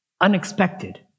Unexpected